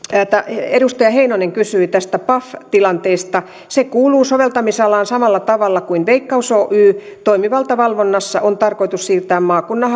edustaja heinonen kysyi tästä paf tilanteesta se kuuluu soveltamisalaan samalla tavalla kuin veikkaus oy toimivalta valvonnassa on tarkoitus siirtää maakunnan